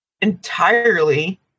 entirely